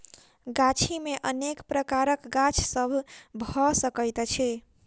गाछी मे अनेक प्रकारक गाछ सभ भ सकैत अछि